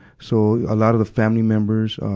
so, a lot of the family members,